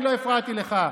אני לא הפרעתי לך.